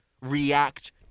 react